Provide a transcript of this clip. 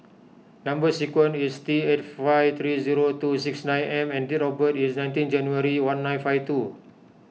Number Sequence is T eight five three two six nine M and date of birth is nineteen January one nine five two